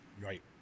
right